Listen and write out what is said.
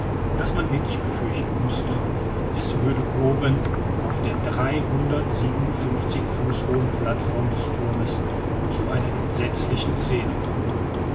daß man wirklich befürchten mußte es würde oben auf der dreihundertsiebenundfünfzig fuß hohen plattform des thurms zu einer entsetzlichen scene kommen